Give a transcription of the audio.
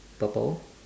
purple